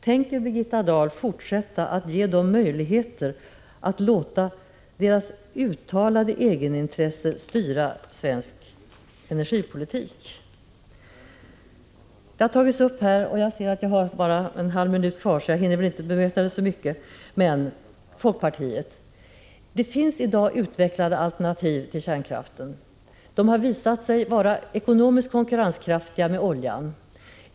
Tänker Birgitta Dahl fortsätta att ge dem möjligheter att låta sitt uttalade egenintresse styra svensk energipolitik? Jag ser att jag bara har en halv minut kvar av min taletid, så jag hinner väl inte bemöta folkpartiet så mycket. Jag vill ändå säga några ord: Det finns i dag utvecklade alternativ till kärnkraften. De har visat sig vara ekonomiskt konkurrenskraftiga i förhållande till oljan.